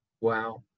Wow